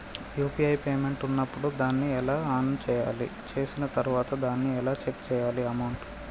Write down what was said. UPI payment ఉన్నప్పుడు దాన్ని ఎలా ఆన్ చేయాలి? చేసిన తర్వాత దాన్ని ఎలా చెక్ చేయాలి అమౌంట్?